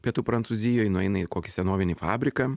pietų prancūzijoj nueina į kokį senovinį fabriką